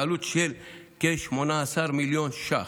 בעלות של כ-18 מיליון ש"ח.